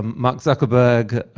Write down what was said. mark zuckerberg,